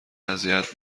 اذیت